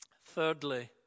Thirdly